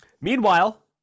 Meanwhile